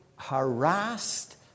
Harassed